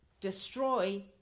Destroy